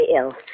ill